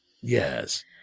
yes